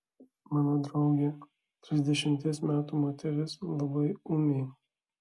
mano draugė trisdešimties metų moteris labai ūmi